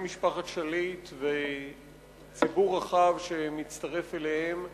משפחת שליט והציבור הרחב שמצטרף אליהם.